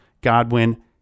Godwin